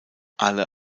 alle